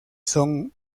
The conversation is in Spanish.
son